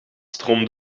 stroomt